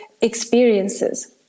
experiences